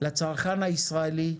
לצרכן הישראלי,